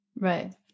Right